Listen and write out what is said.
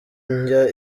njya